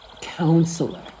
counselor